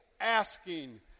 asking